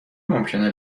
ممکنه